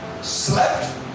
slept